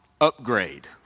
upgrade